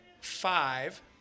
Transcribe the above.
five